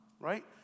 right